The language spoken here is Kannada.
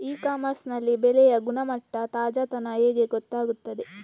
ಇ ಕಾಮರ್ಸ್ ನಲ್ಲಿ ಬೆಳೆಯ ಗುಣಮಟ್ಟ, ತಾಜಾತನ ಹೇಗೆ ಗೊತ್ತಾಗುತ್ತದೆ?